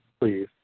Please